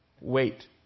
wait